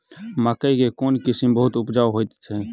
मकई केँ कोण किसिम बहुत उपजाउ होए तऽ अछि?